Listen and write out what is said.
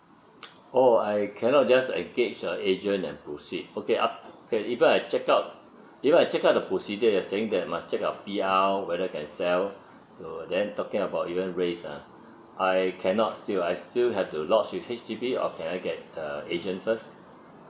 oh I cannot just engage a agent and proceed okay up~ okay even I check out even I check out the procedures you're saying that must check out P_R whether can sell the then talking about even race ah I cannot still I still have to lodge with H_D_B or can I get a agent first